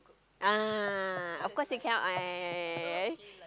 ah of course it cannot I